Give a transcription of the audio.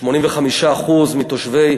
85% מתושבי,